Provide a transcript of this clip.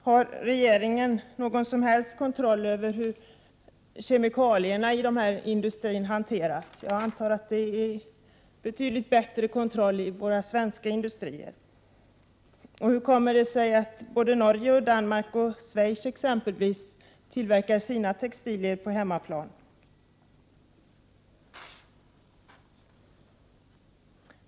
Har regeringen någon som helst kontroll över hur kemikalierna i de här industrierna hanteras? Jag antar att vi har betydligt bättre kontroll i våra svenska industrier. Hur kommer det sig att t.ex. Norge, Danmark och Schweiz tillverkar sina textilier till försvaret på hemmaplan?